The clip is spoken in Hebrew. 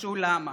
נחשו למה?